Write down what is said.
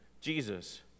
Jesus